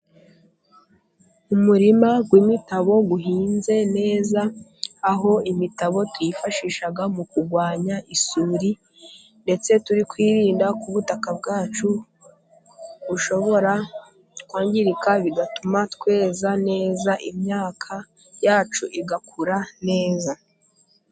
Umurima w'imitabo uhinze neza， aho imitabo tuyifashisha mu kurwanya isuri，ndetse turi kwirinda ko ubutaka bwacu bushobora kwangirika， bigatuma tweza neza，imyaka yacu igakura neza.